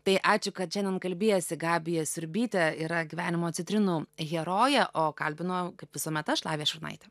tai ačiū kad šiandien kalbiesi gabija siurbytė yra gyvenimo citrinų herojė o kalbinau kaip visuomet aš lavija šurnaitė